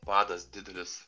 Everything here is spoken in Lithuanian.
padas didelis